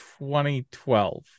2012